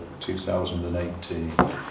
2018